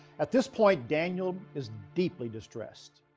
at this point daniel is deeply distressed.